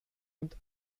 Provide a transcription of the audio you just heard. und